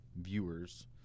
viewers